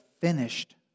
finished